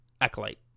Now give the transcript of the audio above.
Acolyte